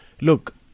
look